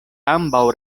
ambaŭ